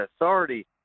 authority